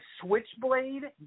Switchblade